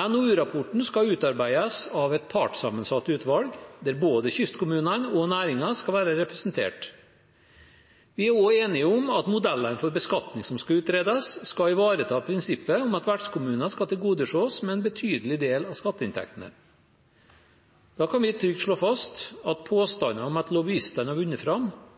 NOU-rapporten skal utarbeides av et partssammensatt utvalg, der både kystkommunene og næringen skal være representert. Vi er også enige om at modellene for beskatning som skal utredes, skal ivareta prinsippet om at vertskommunene skal tilgodeses med en betydelig del av skatteinntektene. Da kan vi trygt slå fast at påstanden om at lobbyistene har vunnet fram,